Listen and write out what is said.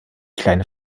kleine